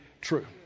true